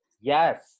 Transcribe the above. yes